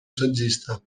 saggista